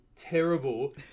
terrible